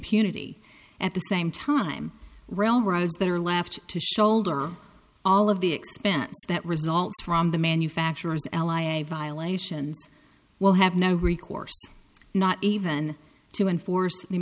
impunity at the same time railroads that are left to shoulder all of the expense that results from the manufacturers ally a violations will have no recourse not even to enforce the